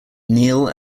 neale